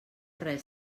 res